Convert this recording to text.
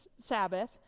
Sabbath